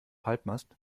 halbmast